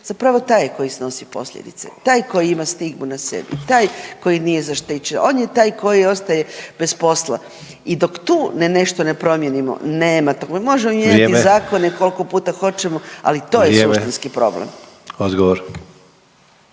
zapravo taj je koji snosi posljedice, taj koji ima stigmu na sebi, taj koji nije zaštićen. On je taj koji ostaje bez posla. I dok tu nešto ne promijenimo nema toga. Možemo mi mijenjati zakone koliko puta hoćemo ... …/Upadica Sanader: